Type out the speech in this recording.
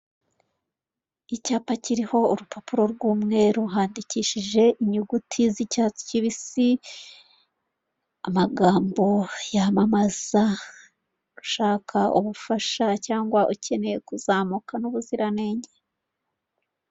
Urupapuro rw'umweru rwanditseho amagambo ari mu rurimi rw'icyongereza, ndetse n'imborahamwe ifite utuzu dutatu, aho akazu ka mbere kandiditseho imibare y'uko amagambo ari hirya y'ako ari mu rurimi rw'icyongereza agenda akurikirana, ndetse akazu ka gatatu kariho imibare iri ku ijana ijanisha.